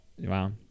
wow